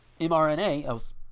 MRNA